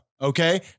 Okay